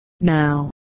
now